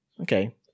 Okay